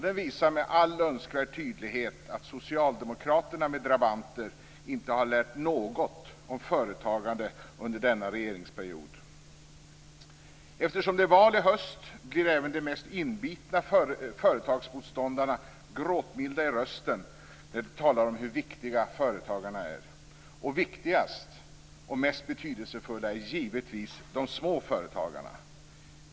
Det visar med all önskvärd tydlighet att socialdemokraterna med drabanter inte har lärt något om företagande under denna regeringsperiod. Eftersom det är val i höst blir även de mest inbitna företagsmotståndarna gråtmilda i rösten när de talar om hur viktiga företagarna är. Viktigast och mest betydelsefulla är givetvis småföretagarna.